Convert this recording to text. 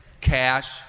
cash